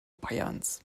bayerns